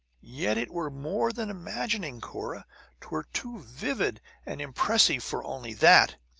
yet it were more than imagining, cunora twere too vivid and impressive for only that.